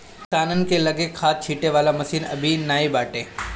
किसानन के लगे खाद छिंटे वाला मशीन अबे नाइ बाटे